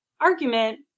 argument